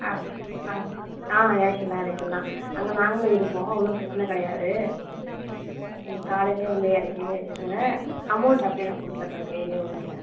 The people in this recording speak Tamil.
அ அ ஆ இறக்கிறலாம் இறக்கிறலாம் அங்கே நாங்களும் இருப்போம் ஒன்றும் பிரச்சனை கிடையாது நீங்கள் காலையிலையே வந்து இறக்கி வச்சுருங்க அமவுண்ட் அப்பையே நான் கொடுத்துறேன் கைலையே உங்கள்கிட்ட